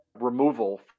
removal